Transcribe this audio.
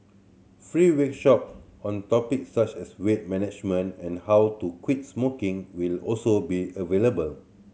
free week workshop on topics such as weight management and how to quit smoking will also be available